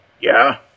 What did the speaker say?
Yeah